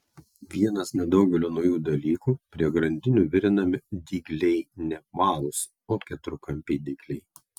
vienas nedaugelio naujų dalykų prie grandinių virinami dygliai ne apvalūs o keturkampiai dygliai